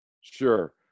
Sure